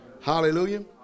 Hallelujah